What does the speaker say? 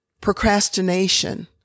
procrastination